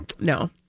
No